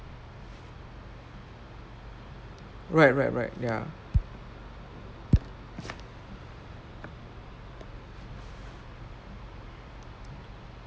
right right right ya